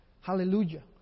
Hallelujah